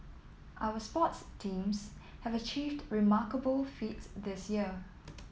our sports teams have achieved remarkable feats this year